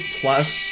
plus